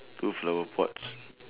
two flower pots